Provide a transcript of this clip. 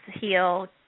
heal